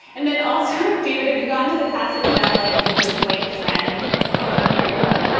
and then also, david, if you got into the passage about like the good white friend, do you know what i'm talking about?